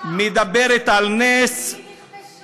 על נס, שאלתי אותך: